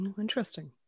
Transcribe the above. interesting